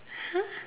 !huh!